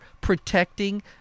protecting